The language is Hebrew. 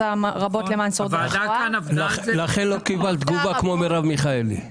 לכן פתחתי בה.